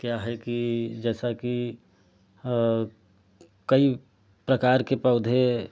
क्या है कि जैसा की कई प्रकार के पौधे